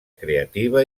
creativa